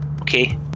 Okay